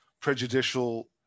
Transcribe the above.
prejudicial